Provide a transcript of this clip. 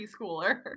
preschooler